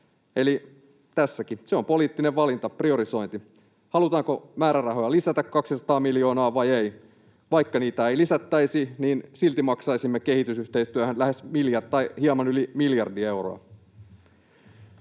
Eli priorisointi on poliittinen valinta: halutaanko määrärahoja lisätä 200 miljoonaa vai ei? Vaikka niitä ei lisättäisi, niin silti maksaisimme kehitysyhteistyöhön hieman yli miljardi euroa.